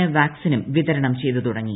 ഏ വാക്സിനും വിതരണം ചെയ്തു തുടങ്ങി